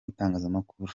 itangazamakuru